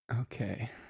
Okay